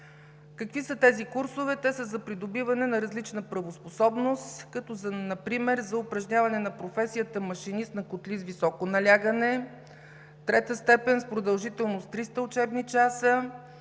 Какви са тези курсове? Те са за придобиване на различна правоспособност например за упражняване на професията „машинист на котли с високо налягане“ – трета степен, с продължителност 300 учебни часа.